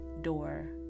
door